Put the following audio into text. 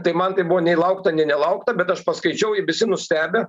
tai man tai buvo nei laukta nei nelaukta bet aš paskaičiau visi nustebę